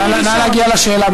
נא להגיע לשאלה,